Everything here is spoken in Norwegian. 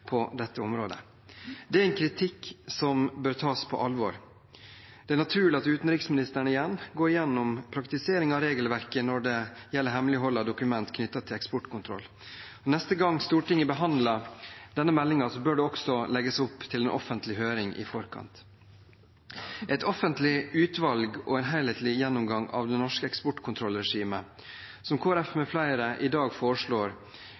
på dette området. Det er en kritikk som bør tas på alvor. Det er naturlig at utenriksministeren igjen går gjennom praktiseringen av regelverket når det gjelder hemmelighold av dokumenter knyttet til eksportkontroll. Neste gang Stortinget behandler denne meldingen, bør det også legges opp til en offentlig høring i forkant. Et offentlig utvalg og en helhetlig gjennomgang av det norske eksportkontrollregimet, som Kristelig Folkeparti med flere i dag foreslår,